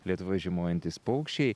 lietuvoje žiemojantys paukščiai